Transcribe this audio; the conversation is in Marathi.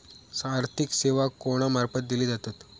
आर्थिक सेवा कोणा मार्फत दिले जातत?